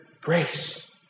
grace